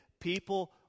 People